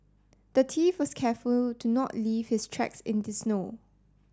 the thief was careful to not leave his tracks in the snow